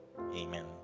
Amen